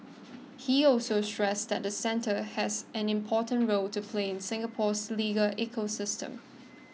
he also stressed that the centre has an important role to play in Singapore's legal ecosystem